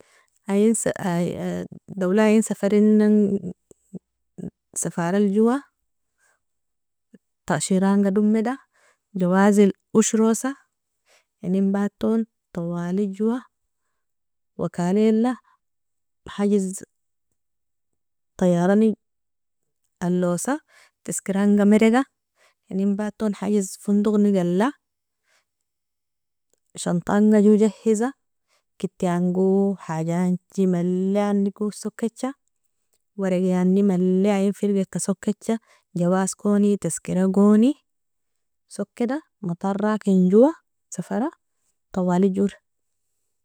- daola ein safarina, safaral joa tashiranga domida jawazil oshrosa, inenbaton tawali joa wakalila hajiz tiyarani alowasa, teskiranga mereda, inenbaton hajiz fondogni gala, shantanga jo jehiza keti ango hajanchi maleaniko sokeja waragi ani male ienfirgaka sokeja Jawazkoni teskiragoni sokeda matara lakin joa sefara tawali jor.